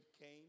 came